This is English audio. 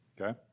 okay